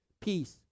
peace